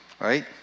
right